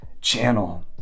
channel